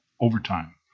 overtime